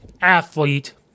athlete